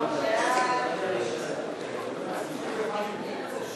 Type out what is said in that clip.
אורי מקלב ומשה גפני לסעיף 60